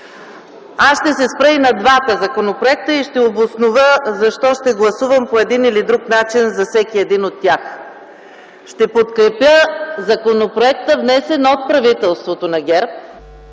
Аз ще се спра и на двата законопроекта и ще обоснова защо ще гласувам по един или друг начин за всеки един от тях. Ще подкрепя законопроекта, внесен от правителството на ГЕРБ,